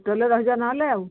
ତଲେ ରହିଯିବା ନହେଲେ ଆଉ